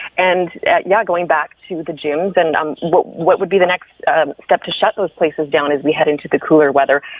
and yeah going back to the gyms, and um what what would be the next step to shut those places down as we head into the cooler weather.